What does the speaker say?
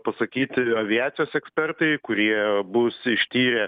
pasakyti aviacijos ekspertai kurie bus ištyrę